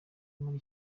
muri